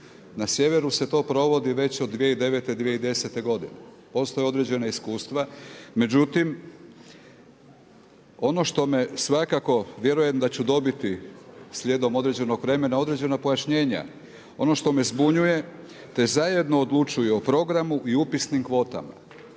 Na sjeveru se to provodi već od 2009., 2010. godine. Postoje određena iskustva. Međutim, ono što me svakako vjerujem da ću dobiti slijedom određenog vremena određena pojašnjenja, ono što me zbunjuju te zajedno odlučuju i programu i upisnim kvotama.